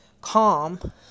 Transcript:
calm